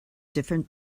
different